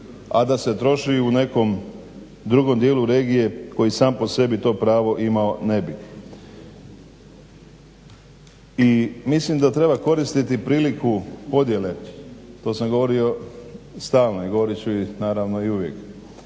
a da se troši u nekom drugom dijelu regije koji sam po sebi to pravo imao ne bi. I mislim da treba koristiti priliku podjele, to sam govorio stalno i govorit ću naravno i uvijek,